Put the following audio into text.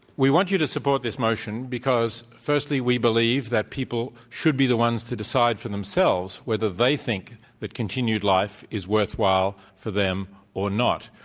we want you to support this motion because, firstly, we believe that people should be the ones to decide for themselves whether they think that continued life is worthwhile for them or not.